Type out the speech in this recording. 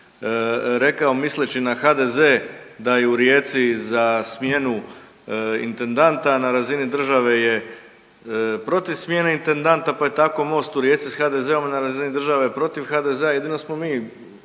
rekao misleći na HDZ da je u Rijeci za smjenu intendanta, a na razini države je protiv smjene intendanta pa je tako Most u Rijeci s HDZ-om na razini države protiv HDZ-a, jedino smo mi